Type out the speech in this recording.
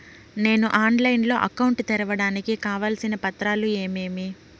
నేను ఆన్లైన్ లో అకౌంట్ తెరవడానికి కావాల్సిన పత్రాలు ఏమేమి?